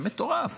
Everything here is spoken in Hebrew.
זה מטורף.